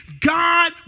God